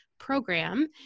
program